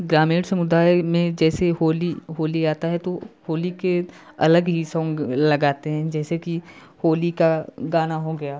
ग्रामीण समुदाय में जैसे होली होली आता है तो होली के अलग ही सोंग लगाते हैं जैसे कि होली का गाना हो गया